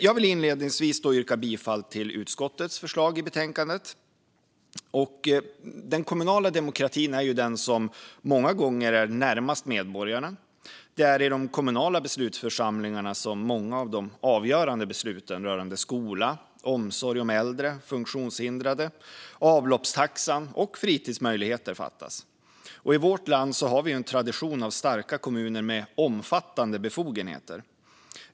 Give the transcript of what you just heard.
Jag vill inledningsvis yrka bifall till utskottets förslag i betänkandet. Den kommunala demokratin är den som många gånger är närmast medborgarna. Det är i de kommunala beslutsförsamlingarna som många av de avgörande besluten rörande skola, omsorg om äldre och funktionshindrade, avloppstaxan och fritidsmöjligheter fattas. I vårt land har vi en tradition av starka kommuner med omfattande befogenheter.